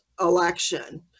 election